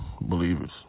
Believers